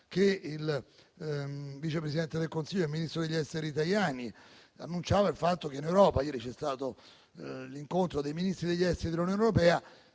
che il vice presidente del Consiglio e ministro degli affari esteri Tajani annunciava che in Europa - ieri c'è stato l'incontro dei Ministri degli esteri dell'Unione europea